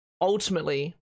ultimately